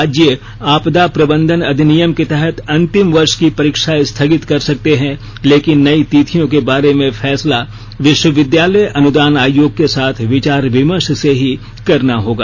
राज्य आपदा प्रबंधन अधिनियम के तहत अंतिम वर्ष की परीक्षा स्थगित कर सकते हैं लेकिन नई तिथियों के बारे में फैसला विश्वविद्यालय अनुदान आयोग के साथ विचार विमर्श से ही करना होगा